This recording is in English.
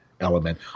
element